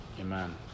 Amen